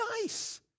nice